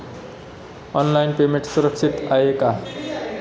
Online payment सुरक्षित आहे का?